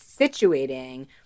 situating